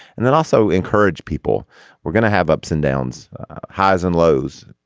and then also encourage people we're gonna have ups and downs highs and lows.